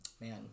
man